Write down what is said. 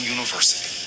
University